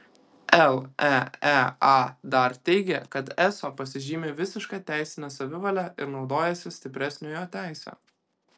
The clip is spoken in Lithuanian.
leea dar teigia kad eso pasižymi visiška teisine savivale ir naudojasi stipresniojo teise